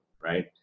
Right